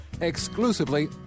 exclusively